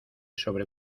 sobre